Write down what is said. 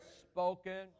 spoken